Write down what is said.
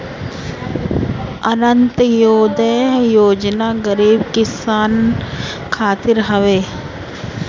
अन्त्योदय योजना गरीब किसान खातिर हवे